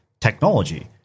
technology